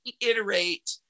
iterate